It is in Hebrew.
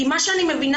כי מה שאני מבינה,